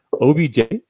OBJ